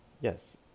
Yes